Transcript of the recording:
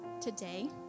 today